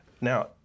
Now